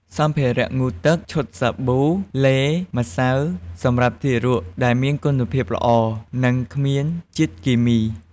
សម្ភារៈងូតទឹក ឈុតសាប៊ូ ឡេ ម្សៅសម្រាប់ទារក ដែលមានគុណភាពល្អ និងគ្មានជាតិគីមី។